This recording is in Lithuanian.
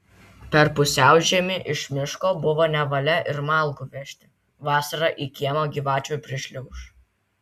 per pusiaužiemį iš miško buvo nevalia ir malkų vežti vasarą į kiemą gyvačių prišliauš